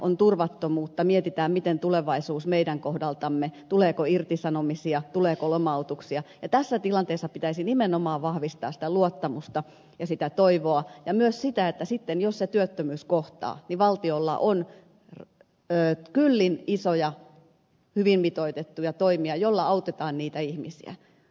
on turvattomuutta mietitään mikä on tulevaisuus meidän kohdaltamme tuleeko irtisanomisia tuleeko lomautuksia ja tässä tilanteessa pitäisi nimenomaan vahvistaa sitä luottamusta ja sitä toivoa ja myös sitä että sitten jos se työttömyys kohtaa niin valtiolla on kyllin isoja hyvin mitoitettuja toimia joilla autetaan niitä ihmisiä